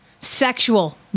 sexual